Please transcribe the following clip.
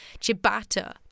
Chibata